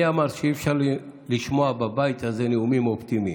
מי אמר שאי-אפשר לשמוע בבית הזה נאומים אופטימיים.